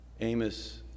Amos